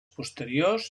posteriors